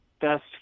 best